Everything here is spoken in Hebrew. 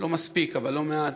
לא מספיק אבל לא מעט,